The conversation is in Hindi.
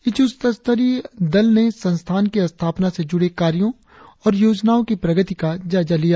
इस उच्च स्तरीय दल ने संस्थान की स्थापना से जुड़े कार्यों और योजनाओं की प्रगति का जायजा लिया